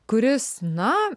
kuris na